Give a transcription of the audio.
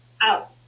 out